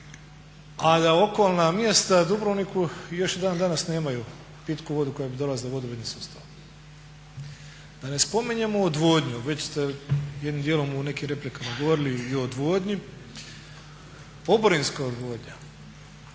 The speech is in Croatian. a da okolna mjesta Dubrovniku još i dan danas nemaju pitku vodu koja bi dolazila vodovodnim sustavom. Da ne spominjem odvodnju, već ste jednim djelom u nekim replikama govorili i o odvodnji. Oborinska odvodnja,